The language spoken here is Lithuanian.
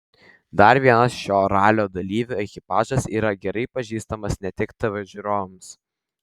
dar vienas šio ralio dalyvių ekipažas yra gerai pažįstamas ne tik tv žiūrovams